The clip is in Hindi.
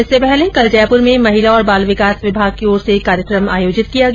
इससे पहले कल जयपुर में महिला और बाल विकास विभाग की ओर से कार्यक्रम आयोजित किया गया